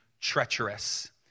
treacherous